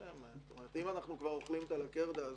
אם אנחנו כבר אוכלים את הלקרדה הזאת,